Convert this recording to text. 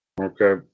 Okay